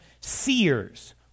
seers